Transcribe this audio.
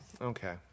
Okay